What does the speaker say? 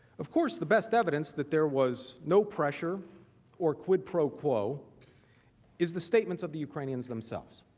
of course the best evidence that there was no pressure or quid pro quo is the statement of the ukrainians themselves.